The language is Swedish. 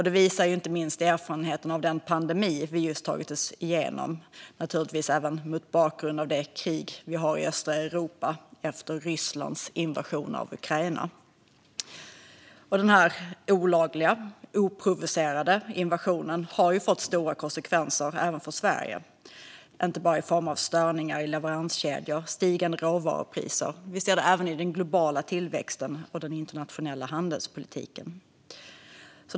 Det visar inte minst erfarenheten av den pandemi vi just tagit oss igenom och naturligtvis även det krig vi har i östra Europa efter Rysslands invasion av Ukraina. Denna olagliga och oprovocerade invasion har fått stora konsekvenser även för Sverige, inte bara i form av störningar i leveranskedjor och stigande råvarupriser. Vi ser det även i den globala tillväxten och den internationella handelspolitiken.